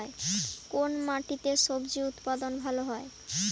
কোন মাটিতে স্বজি উৎপাদন ভালো হয়?